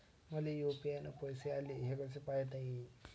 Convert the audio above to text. मले यू.पी.आय न पैसे आले, ते कसे पायता येईन?